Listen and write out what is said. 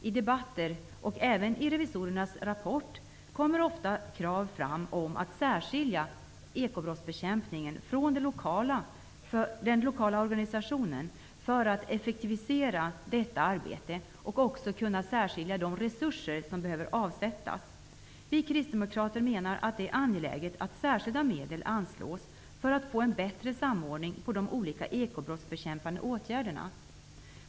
I debatter förs det ofta fram krav om att särskilja ekobrottsbekämpningen från den lokala organisationen för att effektivisera detta arbete och att också särskilja de resurser som behöver avsättas. Även i revisorernas rapport fördes dessa synpunkter fram. Vi kristdemokrater menar att det är angeläget att särskilda medel anslås för att vi skall få en bättre samordning på de olika ekobrottsbekämpande åtgärderna.